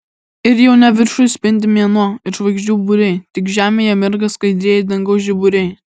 ir jau ne viršuj spindi mėnuo ir žvaigždžių būriai tik žemėje mirga skaidrieji dangaus žiburiai